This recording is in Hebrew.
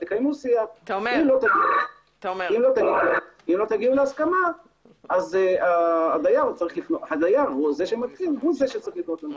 אם לא תגיעו להסכמה, הדייר הוא זה שצריך לפנות.